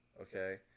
okay